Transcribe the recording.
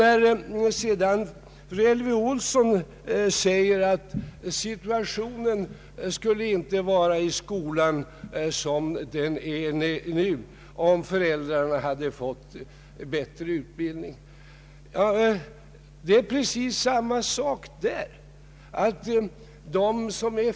Fru Elvy Olsson påstår att situationen i skolan inte skulle ha varit som den nu är, om föräldrarna hade fått bättre utbildning. Det är precis samma sak där.